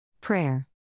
Prayer